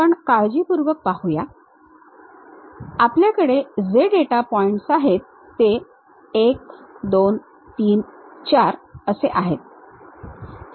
आपण काळजीपूर्वक पाहू या आपल्याकडे जे डेटा पॉइंट आहेत ते 1 2 3 4 असे आहेत